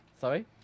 Sorry